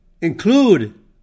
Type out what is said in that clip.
include